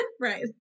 Right